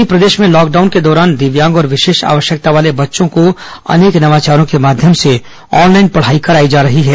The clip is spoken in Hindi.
वहीं प्रदेश में लॉकडाउन के दौरान दिव्यांग और विशेष आवश्यकता वाले बच्चों को अनेक नवाचारों के माध्यम से ऑनलाइन पढ़ाई कराई जा रही है